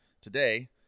today